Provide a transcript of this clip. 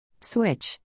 Switch